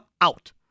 out